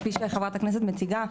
כפי שחברת הכנסת מציגה,